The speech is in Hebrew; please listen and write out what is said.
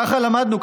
ככה למדנו,